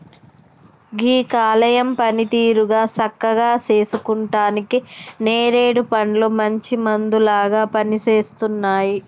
గీ కాలేయం పనితీరుని సక్కగా సేసుకుంటానికి నేరేడు పండ్లు మంచి మందులాగా పనిసేస్తున్నాయి